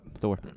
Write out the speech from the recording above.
Thor